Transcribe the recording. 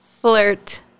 flirt